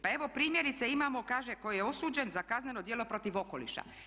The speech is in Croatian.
Pa evo primjerice imamo kaže tko je osuđen za kazneno djelo protiv okoliša.